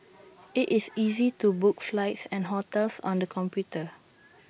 IT is easy to book flights and hotels on the computer